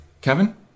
Kevin